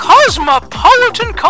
Cosmopolitan